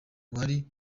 wari